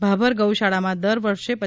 ભાભર ગૌ શાળામાં દર વર્ષે રૂ